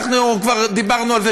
אנחנו כבר דיברנו על זה,